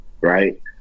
right